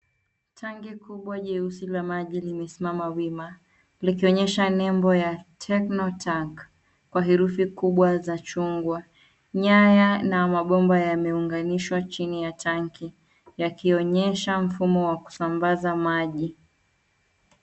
Tanki kubwa jeusi la maji limesimama wima likionyesha nembo ya Techno-Tank kwa herufi kubwa za chungwa. Nyaya na mabomba yameunganishwa chini ya tanki yakionyesha mfumo wa kusambaza maji.